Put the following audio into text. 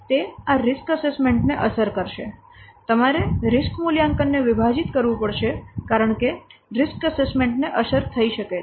તે આ risk assessment ને અસર કરશે તમારે રીસ્ક મૂલ્યાંકનને વિભાજિત કરવું પડશે કારણ કે રીસ્ક એસેસમેન્ટ ને અસર થઈ શકે છે